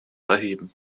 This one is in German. erheben